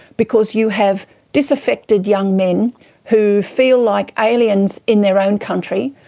because you have disaffected young men who feel like aliens in their own country,